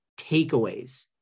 takeaways